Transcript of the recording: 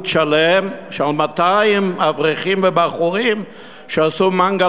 שלם על 200 אברכים ובחורים שעשו מנגל,